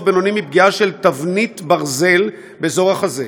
בינוני מפגיעה של תבנית ברזל באזור החזה,